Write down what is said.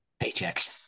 paychecks